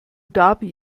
dhabi